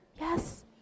Yes